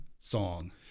song